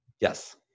Yes